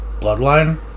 bloodline